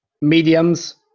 mediums